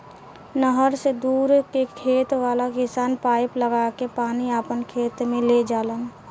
नहर से दूर के खेत वाला किसान पाइप लागा के पानी आपना खेत में ले जालन